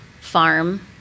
farm